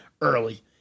early